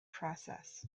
process